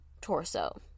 torso